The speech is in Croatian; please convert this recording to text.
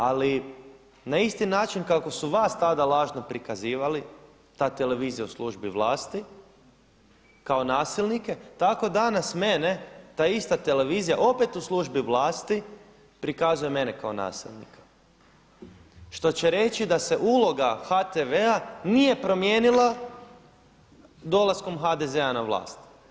Ali na isti način kako su vas tada lažno prikazivali, ta televizija u službi vlasti kao nasilnike tako danas mene ta ista televizija opet u službi vlasti prikazuje mene kao nasilnika što će reći da se uloga HTV-a nije promijenila dolaskom HDZ-a na vlast.